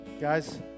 Guys